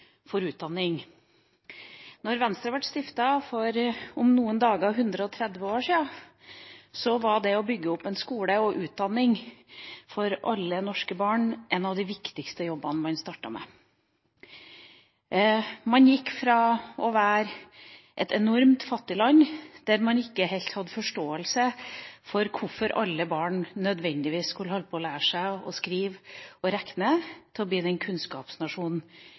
for utdanning. Om noen dager er det 130 år siden Venstre ble stiftet. Da var det å bygge opp en skole og utdanning for alle norske barn en av de viktigste jobbene man startet med. Norge har gått fra å være et enormt fattig land, hvor man ikke hadde helt forståelse for hvorfor alle barn nødvendigvis skulle lære seg å skrive og regne, til å